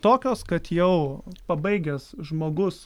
tokios kad jau pabaigęs žmogus